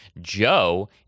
Joe